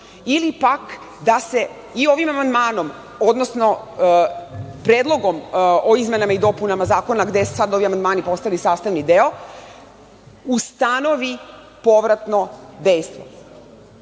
ili pak da se ovim amandmanom, odnosno predlogom o izmenama i dopunama Zakona gde su sada ovi amandmani postali sastavni deo ustanovi povratno dejstvo.